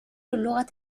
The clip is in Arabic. اللغة